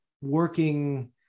working